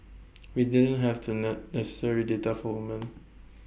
we didn't have the ne necessary data for woman